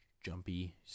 jumpy